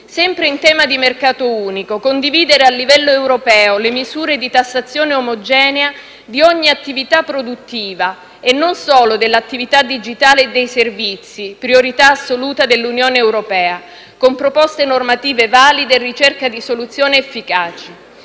Sempre in tema di mercato unico, bisogna condividere a livello europeo le misure di tassazione omogenea di ogni attività produttiva e non solo dell'attività digitale e dei servizi, priorità assoluta dell'Unione europea, con proposte normative valide e ricerca di soluzioni efficaci.